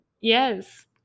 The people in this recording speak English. yes